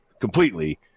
completely